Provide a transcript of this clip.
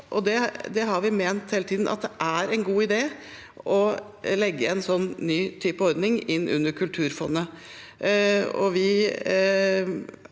det har vi ment hele tiden – at det er en god idé å legge en sånn ny ordning under Kulturfondet.